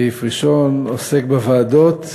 סעיף ראשון עוסק בוועדות שאמנה,